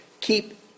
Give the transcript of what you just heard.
keep